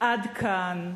עד כאן.